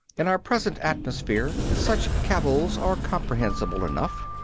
in our present atmosphere such cavils are comprehensible enough.